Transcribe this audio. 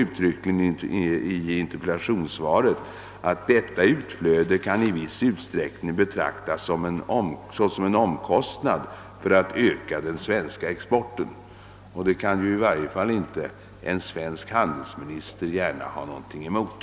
Där står nämligen: »Detta utflöde kan i viss utsträckning betraktas såsom en omkostnad för att öka den svenska exporten.» Det kan ju i varje fall inte en svensk handelsminister ha någonting emot.